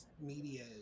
media